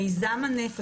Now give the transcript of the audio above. מיזם הנפט,